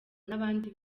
n’abandi